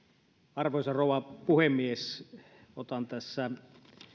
arvoisa rouva puhemies otan tässä